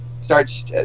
starts